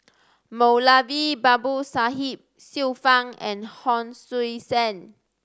Moulavi Babu Sahib Xiu Fang and Hon Sui Sen